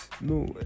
No